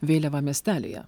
vėliavą miestelyje